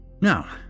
Now